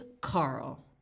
carl